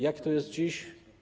Jak to jest dziś?